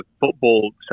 football